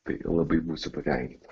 tai labai būsiu patenkintas